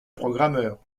programmeur